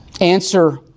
Answer